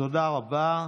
תודה רבה.